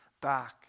back